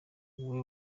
wowe